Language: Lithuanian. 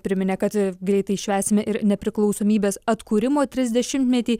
priminė kad greitai švęsime ir nepriklausomybės atkūrimo trisdešimtmetį